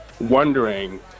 Wondering